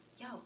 yo